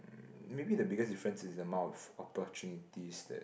uh maybe the biggest difference is the amount of opportunities that